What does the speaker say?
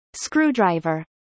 Screwdriver